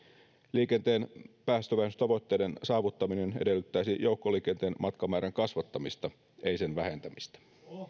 liikenteen päästövähennystavoitteiden saavuttaminen edellyttäisi joukkoliikenteen matkamäärän kasvattamista ei sen vähentämistä